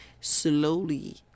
slowly